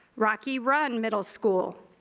rocky run middle school,